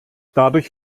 dadurch